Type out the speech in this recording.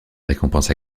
récompense